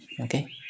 Okay